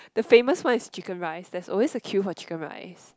the famous one is Chicken Rice there is always a queue for Chicken Rice